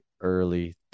early